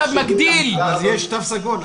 יש תו סגול.